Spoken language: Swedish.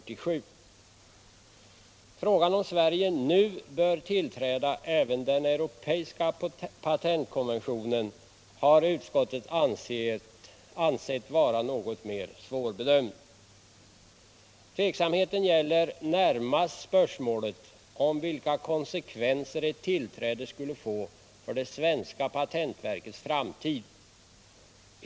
Frågan om Sverige nu bör tillträda även den europeiska patentkonventionen har utskottet ansett vara något mer svårbedömd. Tveksamheten gäller närmast spörsmålet om vilka konsekvenser ett tillträde skulle få för det svenska patentverkets framtid.